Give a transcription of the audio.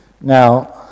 Now